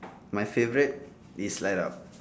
my favourite is light up